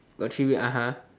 got three wheel (uh huh)